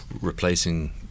replacing